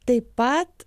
taip pat